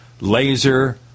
Laser